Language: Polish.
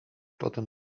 potem